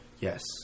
Yes